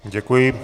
Děkuji.